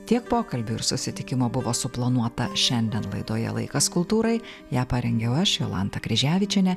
tiek pokalbių ir susitikimų buvo suplanuota šiandien laidoje laikas kultūrai ją parengiau aš jolanta kryževičienė